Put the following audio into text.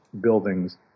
buildings